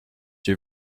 your